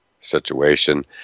situation